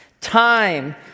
Time